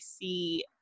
see